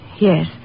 Yes